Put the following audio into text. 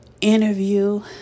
interview